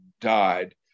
died